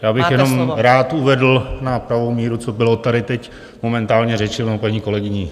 Já bych jenom rád uvedl na pravou míru, co bylo tady teď momentálně řečeno paní kolegyní.